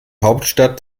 hauptstadt